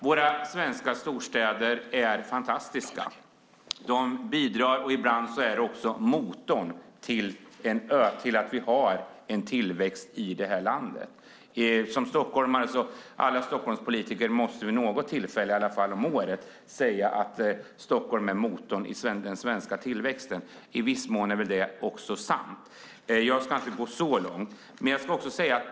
Våra svenska storstäder är fantastiska. De bidrar till och är ibland också motorn till att vi har en tillväxt i det här landet. Alla Stockholmspolitiker måste i varje fall vid något tillfälle om året säga att Stockholm är motorn i den svenska tillväxten. I viss mån är det också sant. Jag ska dock inte gå så långt.